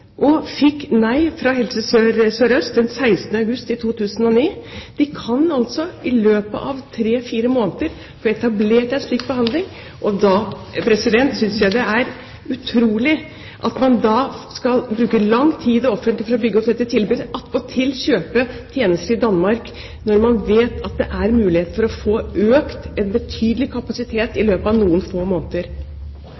fikk nei fra Helse Sør-Øst den 16. august 2009. De kan altså i løpet av tre–fire måneder etablere en slik behandling. Da synes jeg det er utrolig at man skal bruke lang tid i det offentlige på å bygge opp dette tilbudet og attpåtil kjøpe tjenester i Danmark, når man vet at det er mulighet for en betydelig økning av kapasiteten i løpet av noen få